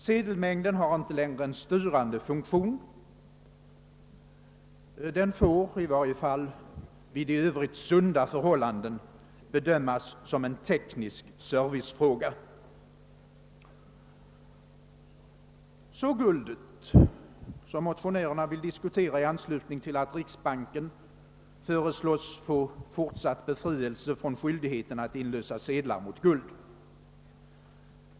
Sedelmängden har inte längre en styrande funktion. Den får, i varje fall vid i övrigt sunda förhållanden, bedömas som en teknisk servicefråga. Så till frågan om guldet, som motionärerna vill diskutera i anslutning till att riksbanken föreslås få fortsatt be frielse från skyldigheten att inlösa sedlar mot guld.